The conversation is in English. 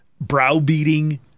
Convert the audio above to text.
browbeating